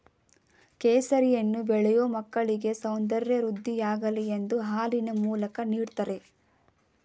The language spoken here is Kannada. ಕೇಸರಿಯನ್ನು ಬೆಳೆಯೂ ಮಕ್ಕಳಿಗೆ ಸೌಂದರ್ಯ ವೃದ್ಧಿಯಾಗಲಿ ಎಂದು ಹಾಲಿನ ಮೂಲಕ ನೀಡ್ದತರೆ